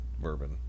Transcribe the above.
bourbon